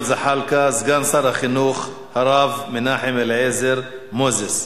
זחאלקה סגן שר החינוך הרב מנחם אליעזר מוזס.